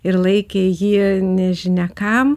ir laikė jį nežinia kam